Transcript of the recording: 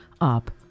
up